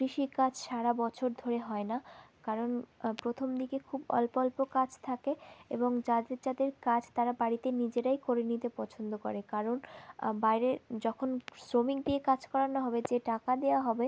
কৃষিকাজ সারা বছর ধরে হয় না কারণ প্রথম দিকে খুব অল্প অল্প কাজ থাকে এবং যাদের যাদের কাজ তারা বাড়িতে নিজেরাই করে নিতে পছন্দ করে কারণ বাইরে যখন শ্রমিক দিয়ে কাজ করানো হবে যে টাকা দেওয়া হবে